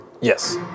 Yes